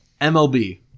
MLB